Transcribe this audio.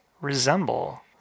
resemble